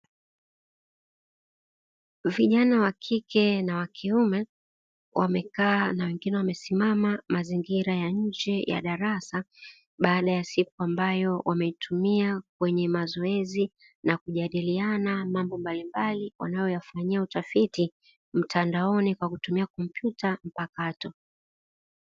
Vijana wa kike na wa kiume wamekaa na wengine wamesimama mazingira ya nje ya darasa, baada ya siku ambayo wameitumia kwenye mazoezi na kujadiliana mambo mbalimbali wanayoyafanyia utafiti, mtandaoni kwa kutumia komputa mpakato.